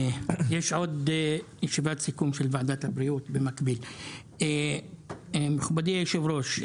מכובדי היושב-ראש,